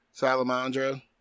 salamandra